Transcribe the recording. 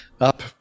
up